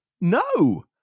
No